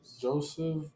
Joseph